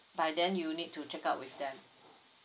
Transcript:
by then you need to check out with them